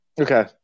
Okay